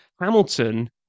Hamilton